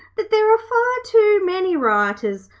that there are far too many rioters.